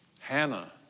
Hannah